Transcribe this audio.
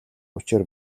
учир